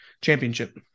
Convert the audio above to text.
Championship